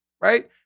Right